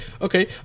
Okay